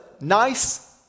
nice